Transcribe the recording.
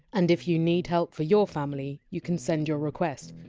and if you need help for your family, you can send your request.